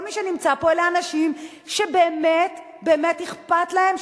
כל מי שנמצא פה אלה אנשים שבאמת באמת אכפת להם,